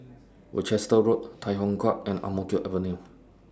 Worcester Road Tai Hwan Drive and Ang Mo Kio Avenue